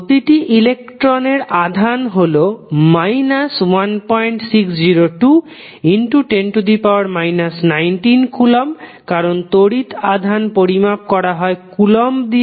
প্রতিটি ইলেকট্রনের আধান হল 160210 19 কুলম্ব কারণ তড়িৎ আধান পরিমাপ করা হয় কুলম্ব দিয়ে